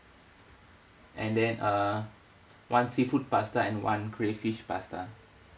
and then uh one seafood pasta and one crayfish pasta